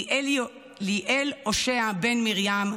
ליאל הושע בן מרים,